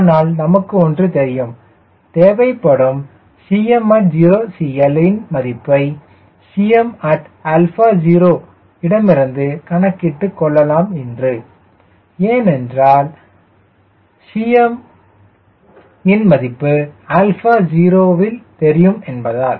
ஆனால் நமக்கு ஒன்று தெரியும் தேவைப்படும் at CL 0யின் மதிப்பை at 0 இடமிருந்து கணக்கிட்டுக் கொள்ளலாம் என்று ஏனென்றால் Cm யின் மதிப்பு α 0 வில் தெரியும் என்பதால்